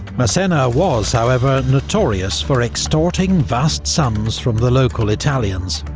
massena was, however, notorious for extorting vast sums from the local italians,